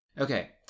okay